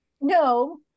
no